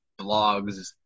blogs